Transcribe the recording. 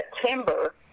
september